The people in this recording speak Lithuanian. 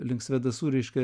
link svėdasų reiškia